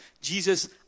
Jesus